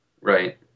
Right